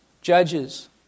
judges